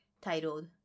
titled